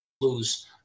lose